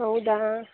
ಹೌದಾ